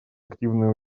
активное